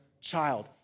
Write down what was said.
child